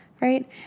right